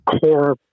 core